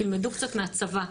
תלמדו קצת מהצבא,